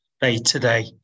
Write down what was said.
day-to-day